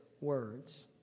words